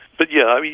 but, yeah, you